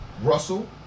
Russell